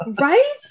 right